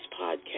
podcast